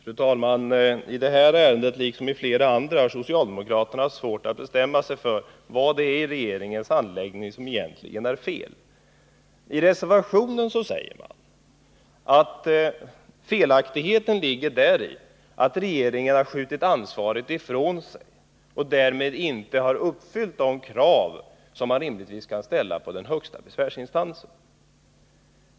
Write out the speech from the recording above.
Fru talman! I detta ärende liksom i flera andra har socialdemokraterna svårt att bestämma sig för vad det egentligen är som är fel i regeringens handläggning. I reservationen säger man att felaktigheten ligger däri att regeringen har skjutit ansvaret ifrån sig och därmed inte har uppfyllt de krav som man rimligtvis kan ställa på den högsta besvärsinstansen.